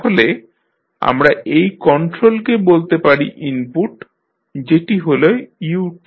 তাহলে আমরা এই কন্ট্রোলকে বলতে পারি ইনপুট যেটি হল u t